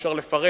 אי-אפשר לפרט.